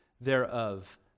thereof